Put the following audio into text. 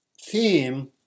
theme